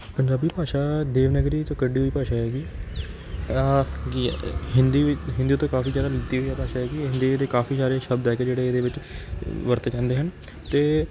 ਪੰਜਾਬੀ ਭਾਸ਼ਾ ਦੇਵਨਾਗਰੀ 'ਚੋਂ ਕੱਢੀ ਹੋਈ ਭਾਸ਼ਾ ਹੈਗੀ ਆਗੀ ਹੈ ਹਿੰਦੀ ਹਿੰਦੀ ਤੋਂ ਕਾਫ਼ੀ ਜ਼ਿਆਦਾ ਲਿੱਤੀ ਹੋਈ ਆ ਭਾਸ਼ਾ ਹੈਗੀ ਹੈਗੀ ਹੈ ਹਿੰਦੀ ਵਿ ਹਿੰਦੀ ਤੋਂ ਕਾਫੀ ਜ਼ਿਆਦਾ ਲਿੱਤੀ ਹੋਈ ਇਹ ਭਾਸ਼ਾ ਹੈ ਹਿੰਦੀ ਦੇ ਕਾਫੀ ਸਾਰੇ ਸ਼ਬਦ ਹੈਗੇ ਜਿਹੜੇ ਇਹਦੇ ਵਿੱਚ ਵਰਤੇ ਜਾਂਦੇ ਹਨ ਅਤੇ